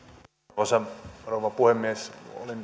arvoisa rouva puhemies